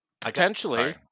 Potentially